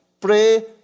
pray